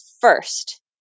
first